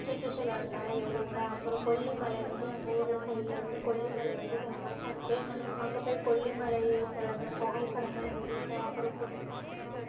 சுற்றுச்சூழல் அங்கேல்லாம் எடுப்பேன் அப்பறம் கொல்லிமலை வந்து எங்கள் ஊரில் சைடில் வந்து கொல்லிமலை வந்து ஃபேமஸாக இருக்கு அங்கே போய் கொல்லிமலை இருக்கிற அந்த புகைப்படங்கள எடுப்பேன் அப்பறம்